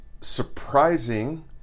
surprising